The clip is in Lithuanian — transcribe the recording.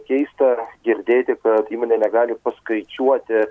keista girdėti kad įmonė negali paskaičiuoti